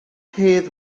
hedd